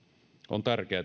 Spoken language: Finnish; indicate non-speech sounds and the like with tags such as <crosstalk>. on tärkeää <unintelligible>